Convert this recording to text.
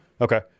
Okay